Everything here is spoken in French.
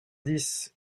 dix